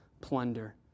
plunder